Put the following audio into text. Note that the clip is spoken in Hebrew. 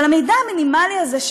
המידע המינימלי הזה,